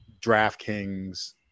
DraftKings